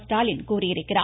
ஸ்டாலின் கூறியிருக்கிறார்